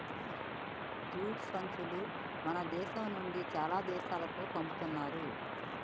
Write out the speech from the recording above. jute సంచులు మన దేశం నుండి చానా దేశాలకు పంపుతున్నారు